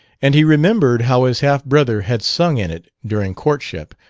and he remembered how his half-brother had sung in it during courtship,